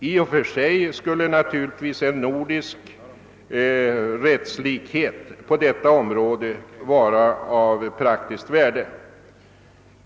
I och för sig skulle naturligtvis en nordisk rättslikhet på detta område vara av praktiskt värde.